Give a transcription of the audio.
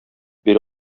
бирә